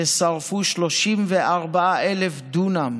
ששרפו 34,000 דונם.